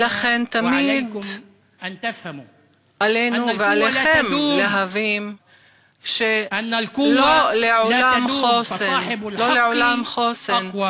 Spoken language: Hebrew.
ולכן, תמיד עלינו ועליכם להבין שלא לעולם חוסן.